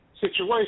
situation